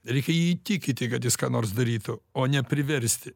reikia įtikinti kad jis ką nors darytų o ne priversti